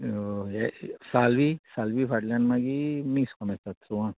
हे साल्वी सालवी फाटल्यान मागीर मिक्स कोमेस जाता सोवांक